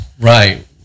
Right